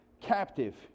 captive